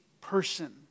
person